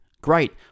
Great